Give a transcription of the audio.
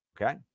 Okay